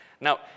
Now